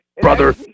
Brother